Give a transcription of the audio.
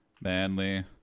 manly